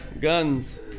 guns